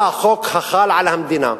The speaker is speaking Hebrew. מה החוק החל על המדינה?